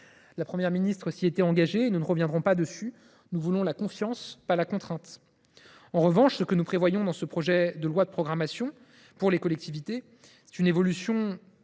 La Première ministre s’y était engagée, et nous n’y reviendrons pas. Nous voulons la confiance, pas la contrainte. En revanche, nous prévoyons dans ce projet de loi de programmation pour les collectivités un objectif d’évolution